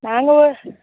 நாங்கள்